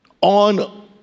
on